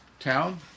Town